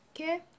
okay